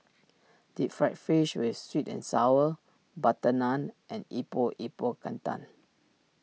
Deep Fried Fish with Sweet and Sour Sauce Butter Naan and Epok Epok Kentang